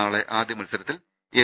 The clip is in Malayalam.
നാളെ ആദ്യ മത്സരത്തിൽ എം